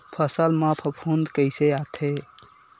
फसल मा फफूंद कइसे आथे?